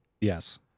Yes